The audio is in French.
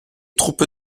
troupes